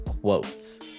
quotes